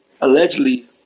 allegedly